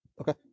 Okay